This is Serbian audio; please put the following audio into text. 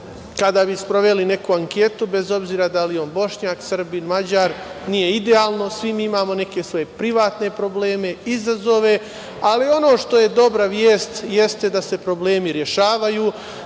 kada bismo sproveli neku anketu, bez obzira da li je on Bošnjak, Srbin, Mađar, nije idealno, svi mi imamo neke svoje privatne probleme, izazove, ali ono što je dobra vest jeste da se problemi rešavaju,